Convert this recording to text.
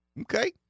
okay